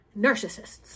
Narcissists